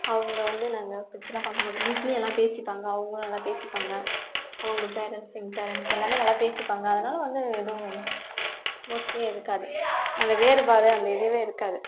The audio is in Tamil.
அவங்க வந்து நாங்கள் பிரித்தெலாம் பார்க்க மாட்டோம் வீட்லேயும் எல்லாம் பேசிப்பாங்க அவங்குளும் நல்லா பேசிப்பாங்க அவங்க பேரண்ட்ஸ் எங்கள் பேரண்ட்ஸ் எல்லாமே நல்லா பேசிப்பாங்க அதனால வந்து எதுவும் மோஸ்லி இருக்காது அந்த வேறுபாடு அந்த இதுவே இருக்காது